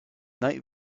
night